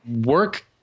work